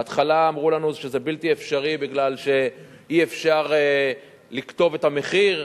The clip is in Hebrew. בהתחלה אמרו לנו שזה בלתי אפשרי בגלל שאי-אפשר לכתוב את המחיר,